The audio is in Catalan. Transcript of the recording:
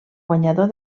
guanyador